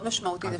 מאוד משמעותית.